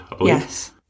Yes